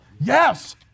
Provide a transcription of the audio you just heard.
Yes